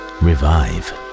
Revive